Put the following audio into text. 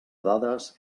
dades